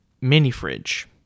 mini-fridge